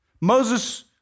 Moses